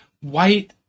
white